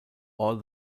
all